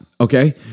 okay